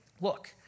Look